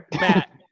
Matt